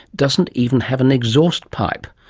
doesn't even have an exhaust pipe.